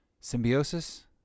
symbiosis